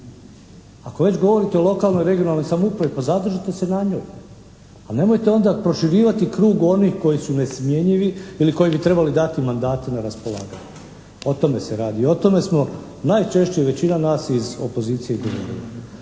Ako već govorite o lokalnoj i regionalnoj samoupravi pa zadržite se na njoj, ali nemojte onda proširivati krug onih koji su nesmjenjivi ili koji bi trebali dati mandate na raspolaganje, o tome se radi. I o tome smo najčešće većina nas iz opozicija govorila.